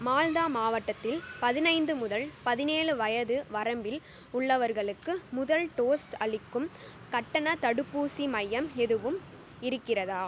Malta மாவட்டத்தில் பதினைந்து முதல் பதினேழு வயது வரம்பில் உள்ளவர்களுக்கு முதல் டோஸ் அளிக்கும் கட்டணத் தடுப்பூசி மையம் எதுவும் இருக்கிறதா